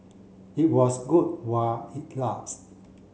it was good while it last